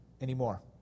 anymore